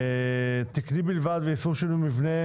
תקני בלבד ואיסור שינוי מבנה,